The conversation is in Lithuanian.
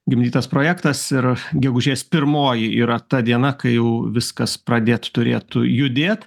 gimdytas projektas ir gegužės pirmoji yra ta diena kai jau viskas pradėt turėtų judėt